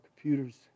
computers